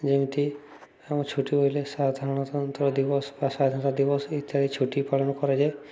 ଯେମିତି ଆମ ଛୁଟି ବୋଇଲେ ସାଧାରଣତନ୍ତ୍ର ଦିବସ ବା ସ୍ଵାଧୀନତା ଦିବସ ଇତ୍ୟାଦି ଛୁଟି ପାଳନ କରାଯାଏ